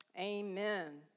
Amen